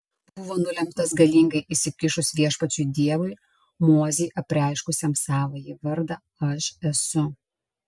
buvo nulemtas galingai įsikišus viešpačiui dievui mozei apreiškusiam savąjį vardą aš esu